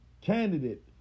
candidate